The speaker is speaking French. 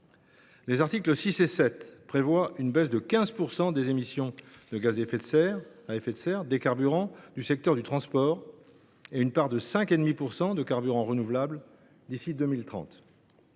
Les articles 6 et 7 prévoient une baisse de 15 % des émissions de GES des carburants du secteur du transport et une part de 5,5 % de carburants renouvelables d’ici à 2030.